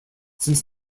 since